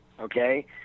okay